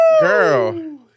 Girl